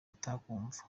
utakumva